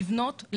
לבנות,